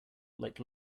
like